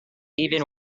even